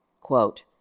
Quote